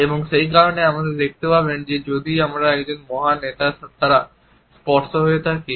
এবং সেই কারণেই আপনি দেখতে পাবেন যে যদি আমরা একজন মহান নেতার দ্বারা স্পর্শ হয়ে থাকি